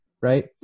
right